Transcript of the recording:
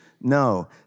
No